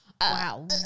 wow